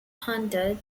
hunted